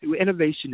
innovation